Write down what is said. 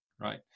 right